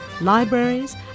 libraries